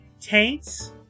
taints